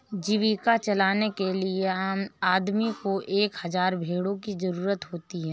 जीविका चलाने के लिए आदमी को एक हज़ार भेड़ों की जरूरत होती है